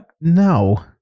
No